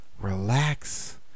relax